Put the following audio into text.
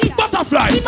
butterfly